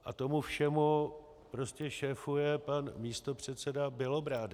A tomu všemu prostě šéfuje pan místopředseda Bělobrádek.